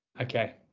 okay